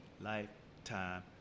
lifetime